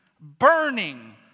burning